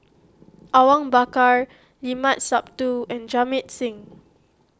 Awang Bakar Limat Sabtu and Jamit Singh